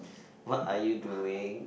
what are you doing